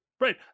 Right